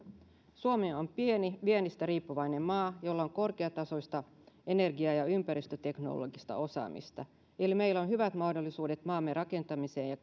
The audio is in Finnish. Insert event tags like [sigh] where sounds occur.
suomi on pieni viennistä riippuvainen maa jolla on korkeatasoista energia ja ympäristöteknologista osaamista eli meillä on hyvät mahdollisuudet maamme rakentamiseen ja [unintelligible]